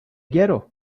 quiero